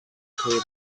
table